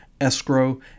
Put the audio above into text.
escrow